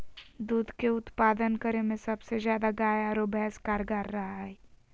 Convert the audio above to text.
दूध के उत्पादन करे में सबसे ज्यादा गाय आरो भैंस कारगार रहा हइ